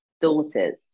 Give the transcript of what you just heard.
daughters